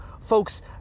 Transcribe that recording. Folks